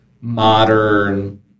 modern